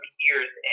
years